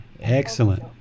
Excellent